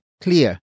clear